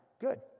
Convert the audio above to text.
good